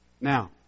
Now